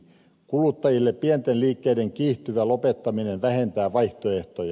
kuluttajille pienten liikkeiden kiihtyvä lopettaminen vähentää vaihtoehtoja